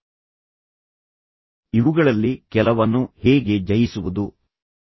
ತದನಂತರ ಇವುಗಳಲ್ಲಿ ಕೆಲವನ್ನು ಹೇಗೆ ಜಯಿಸುವುದು ಒತ್ತಡವನ್ನು ಹೇಗೆ ತಪ್ಪಿಸುವುದು